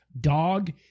dog